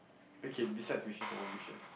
okay beside wishing for more wishes